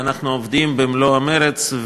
ואנחנו עובדים במלוא המרץ.